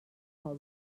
fazla